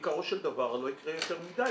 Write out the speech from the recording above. בעיקרו של דבר לא יקרה יותר מדי,